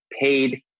paid